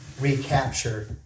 recapture